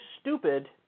stupid